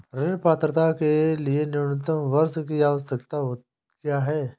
ऋण पात्रता के लिए न्यूनतम वर्ष की आवश्यकता क्या है?